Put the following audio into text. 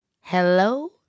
hello